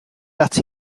ati